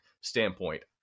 standpoint